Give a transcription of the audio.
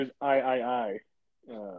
I-I-I